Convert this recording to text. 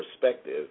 perspective